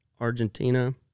Argentina